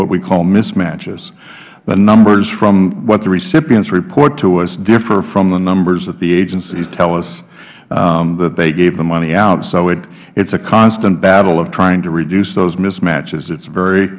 what we call mismatches the numbers from what the recipients report to us differ from the numbers that the agencies tell us that they gave the money out so it's a constant battle of trying to reduce those mismatches it is very